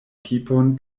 pipon